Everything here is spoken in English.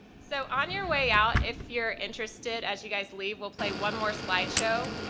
so on your way out, if you're interested, as you guys leave we'll play one more slideshow,